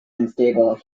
unstable